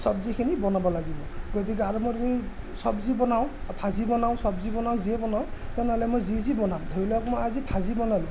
চব্জিখিনি বনাব লাগিব গতিকে চব্জি বনাওঁ ভাজি বনাওঁ চব্জি বনাওঁ যিয়ে বনাওঁ তেনেহ'লে মই যি যি বনাম ধৰি লওক মই আজি ভাজি বনালোঁ